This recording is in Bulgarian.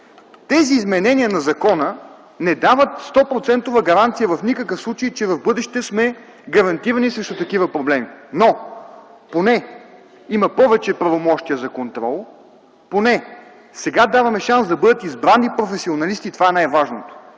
Тези изменения на закона не дават 100-процентова гаранция в никакъв случай, че в бъдеще сме гарантирани срещу такива проблеми. Но, поне има повече правомощия за контрол, поне сега даваме шанс да бъдат избрани професионалисти, и това е най-важното.